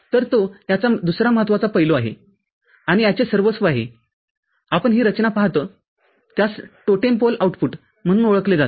तरतो याचा दुसरा महत्वाचा पैलू आहे आणि याचे सर्वस्व आहे आपण ही रचना पाहता त्यास टोटेम पोल आउटपुट म्हणून ओळखले जाते